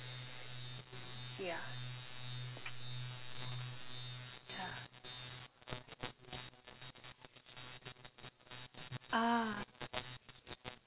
yeah yeah ah